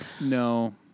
No